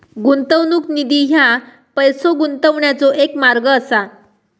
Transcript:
गुंतवणूक निधी ह्या पैसो गुंतवण्याचो एक मार्ग असा